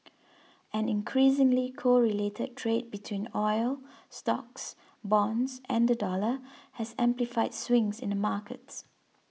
an increasingly correlated trade between oil stocks bonds and the dollar has amplified swings in the markets